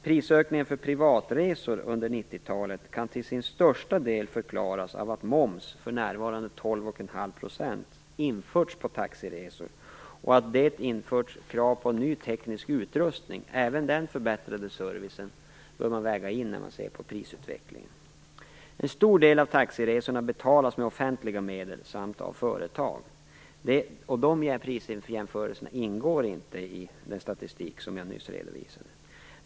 Prisökningen för privatresor under 1990-talet kan till sin största del förklaras av att moms - för närvarande 12,5 %- införts på taxiresor och att det införts krav på ny teknisk utrustning. Även den förbättrade servicen bör man väga in när man ser på prisutvecklingen. En stor del av taxiresorna betalas med offentliga medel samt av företagen. De prisjämförelserna ingår inte i den statistik som jag nyss redovisade.